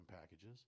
packages